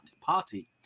party